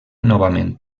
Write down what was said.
novament